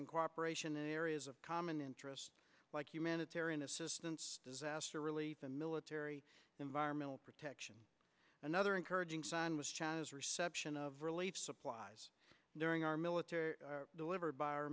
and cooperation in areas of common interest like humanitarian assistance disaster relief and military environmental protection another encouraging sign was china's reception of relief supplies during our military by our